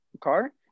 car